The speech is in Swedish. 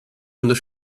under